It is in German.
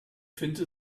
finte